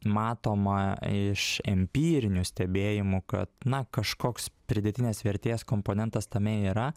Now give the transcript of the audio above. matoma iš empirinių stebėjimų kad na kažkoks pridėtinės vertės komponentas tame yra